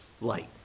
light